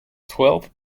twelve